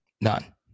None